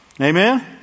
Amen